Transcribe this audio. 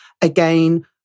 Again